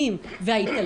אלא בגלל שזו ההגנה